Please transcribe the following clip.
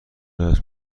است